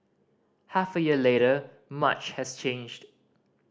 half a year later much has changed